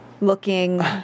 looking